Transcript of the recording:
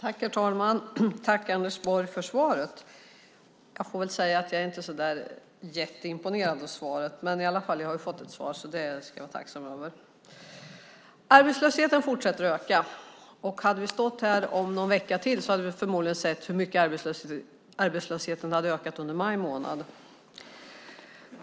Herr talman! Tack, Anders Borg, för svaret! Jag är inte så där jätteimponerad av svaret. Men jag har i alla fall fått ett svar. Det ska jag vara tacksam över. Arbetslösheten fortsätter att öka. Hade vi stått här om någon vecka hade vi förmodligen sett hur mycket arbetslösheten hade ökat under maj månad.